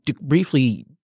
briefly